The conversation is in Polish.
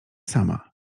sama